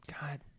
God